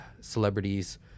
celebrities